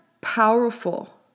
powerful